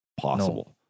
possible